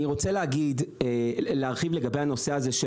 אני רוצה להרחיב לגבי הנושא הזה,